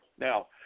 Now